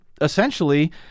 essentially